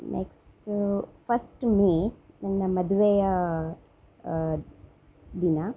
next first May ನನ್ನ ಮದುವೆಯ ದಿನ